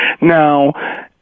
Now